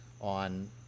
on